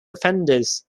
offenders